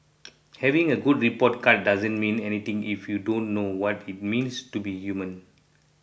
having a good report card doesn't mean anything if you don't know what it means to be human